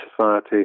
society